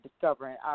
discovering